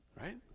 right